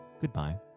goodbye